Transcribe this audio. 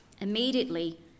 Immediately